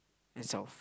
itself